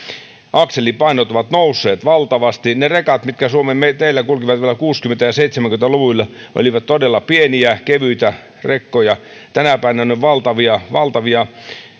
akselipainot ovat nousseet valtavasti ne rekat mitkä suomen teillä kulkivat vielä kuusikymmentä ja seitsemänkymmentä luvuilla olivat todella pieniä kevyitä rekkoja tänä päivänä ne ovat valtavia valtavia